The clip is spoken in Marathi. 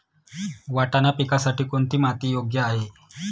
वाटाणा पिकासाठी कोणती माती योग्य आहे?